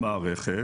במערכת,